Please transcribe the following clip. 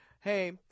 hey